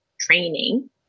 training